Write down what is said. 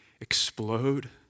explode